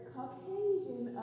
Caucasian